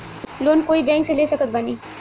Loan कोई bank से ले सकत बानी?